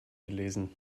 gelesen